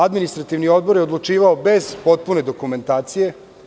Administrativni odbor je odlučivao bez potpune dokumentacije.